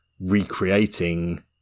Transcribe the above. recreating